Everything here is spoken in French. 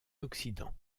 occident